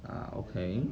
ah okay